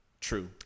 true